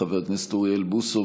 לחבר הכנסת אוריאל בוסו,